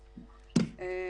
מענה.